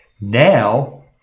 now